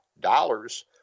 dollars